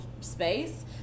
space